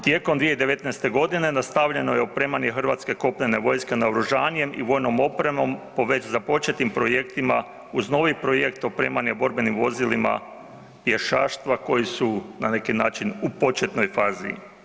Tijekom 2019. g. nastavljeno je opremanje hrvatske kopnene vojske naoružanjem i vojnom opremom po već započetim projektima uz novi projekt opremanja borbenim vozilima, pješaštva koji su na neki način i početnoj fazi.